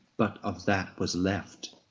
but of that was left.